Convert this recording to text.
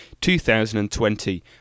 2020